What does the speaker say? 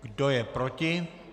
Kdo je proti?